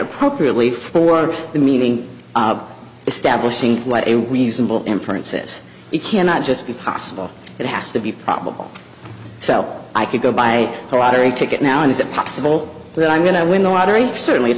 appropriately for the meaning of establishing what a reasonable inference is you cannot just be possible it has to be probable so i could go buy a lottery ticket now is it possible that i'm going to win the lottery certainly